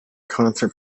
concert